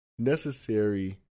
Necessary